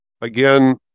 again